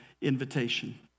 invitation